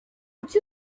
kuki